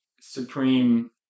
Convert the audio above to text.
Supreme